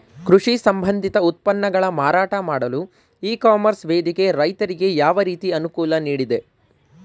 ಕೃಷಿ ಸಂಬಂಧಿತ ಉತ್ಪನ್ನಗಳ ಮಾರಾಟ ಮಾಡಲು ಇ ಕಾಮರ್ಸ್ ವೇದಿಕೆ ರೈತರಿಗೆ ಯಾವ ರೀತಿ ಅನುಕೂಲ ನೀಡಿದೆ?